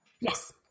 Yes